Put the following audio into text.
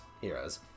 heroes